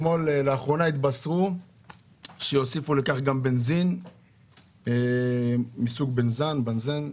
לאחרונה התבשרו שיוסיפו לכך גם בנזין מסוג בנזן.